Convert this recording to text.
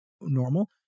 normal